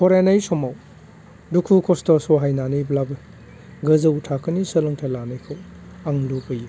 फरायनाय समाव दुखु खस्थ' सहायनानैब्लाबो गोजौ थाखोनि सोलोंथाइ लानायखौ आं लुबैयो